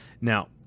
Now